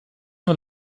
nur